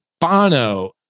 Bono